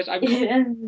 Yes